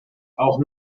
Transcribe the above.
auch